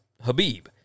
Habib